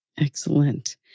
Excellent